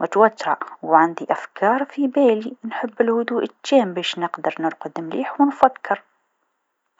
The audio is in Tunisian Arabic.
متوتره و عندي أفكار في بالي، نحب الهدوء تام باش نقدر نرقد مليح و نفكر.